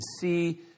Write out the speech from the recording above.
see